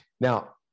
Now